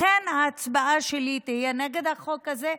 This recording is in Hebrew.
לכן ההצבעה שלי תהיה נגד החוק הזה,